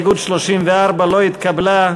הסתייגות 34 לא התקבלה.